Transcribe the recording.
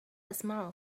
أسمعك